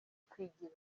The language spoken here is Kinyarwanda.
kwigira